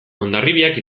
hondarribiak